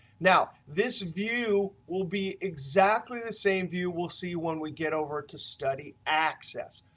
now, this view will be exactly the same view we'll see when we get over to study access.